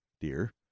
dear